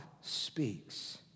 speaks